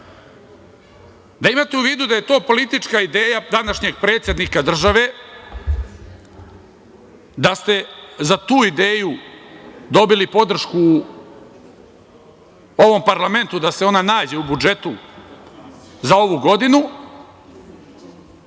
da imate u vidu da je to politička ideja današnjeg predsednika države, da ste za tu ideju dobili podršku u ovom parlamentu, da se ona nađe u budžetu za ovu godinu,